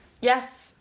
Yes